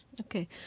Okay